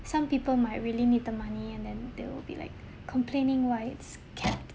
some people might really need the money and then they will be like complaining why it's cut